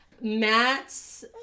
matt's